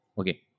Okay